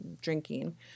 drinking